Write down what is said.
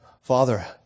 Father